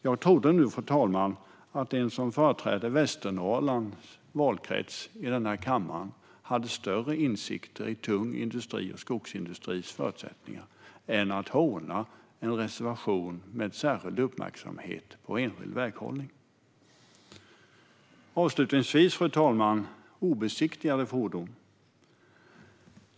Jag trodde, fru talman, att den som företräder Västernorrlands valkrets i kammaren hade större insikter i den tunga industrins och skogsindustrins förutsättningar än att håna en reservation med särskild uppmärksamhet på enskild väghållning. Fru talman! Avslutningsvis vill jag säga några ord om obesiktigade fordon.